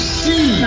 see